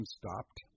stopped